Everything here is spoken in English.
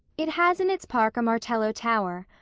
it has in its park a martello tower,